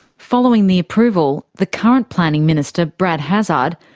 following the approval, the current planning minister, brad hazzard,